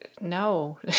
no